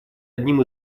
одним